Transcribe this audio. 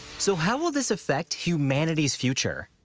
so, how will this affect humanity's future?